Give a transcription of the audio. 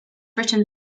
written